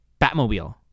Batmobile